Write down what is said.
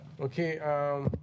okay